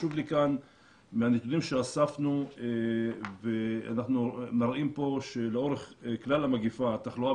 מהנתונים שאספנו אנחנו מראים פה שלאורך כלל המגפה התחלואה